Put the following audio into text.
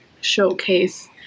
showcase